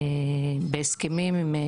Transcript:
בהסכמים.